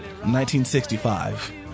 1965